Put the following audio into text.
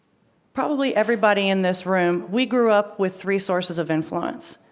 probably everybody in this room, we grew up with three sources of influence.